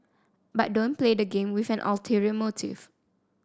but don't play the game with an ulterior motive